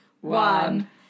one